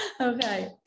Okay